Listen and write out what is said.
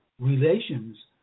relations